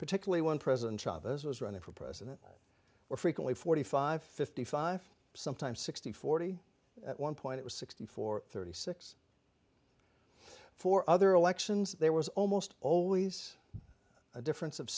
particularly when president chavez was running for president were frequently forty five fifty five sometimes sixty forty at one point it was sixty four thirty six for other elections there was almost always a difference of